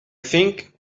think